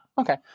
Okay